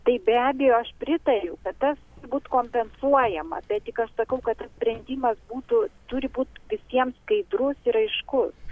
tai be abejo aš pritariu kad tas būt kompensuojama bet tik aš sakau kad tas sprendimas būtų turi būt visiems skaidrus ir aiškus